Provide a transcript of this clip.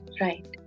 right